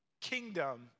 kingdom